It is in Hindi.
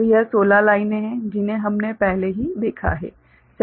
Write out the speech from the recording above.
तो यह 16 लाइनें हैं जिन्हें हमने पहले ही देखा है